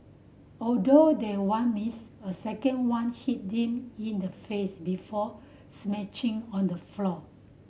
although that one missed a second one hit him in the face before smashing on the floor